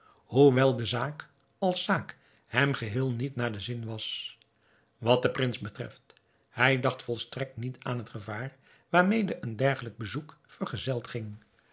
hoewel de zaak als zaak hem geheel niet naar den zin was wat de prins betreft hij dacht volstrekt niet aan het gevaar waarmede een dergelijk bezoek vergezeld ging